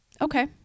okay